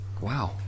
wow